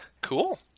Cool